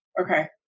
Okay